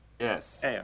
Yes